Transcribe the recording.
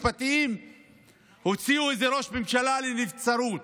משפטיים הוציאו איזה ראש ממשלה לנבצרות.